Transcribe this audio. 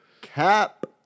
cap